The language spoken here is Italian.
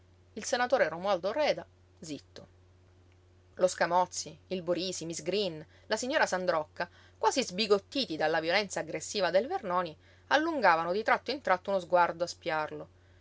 il senatore romualdo reda zitto lo scamozzi il borisi miss green la signora sandrocca quasi sbigottiti dalla violenza aggressiva del vernoni allungavano di tratto in tratto uno sguardo